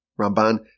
Ramban